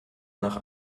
nach